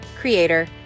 creator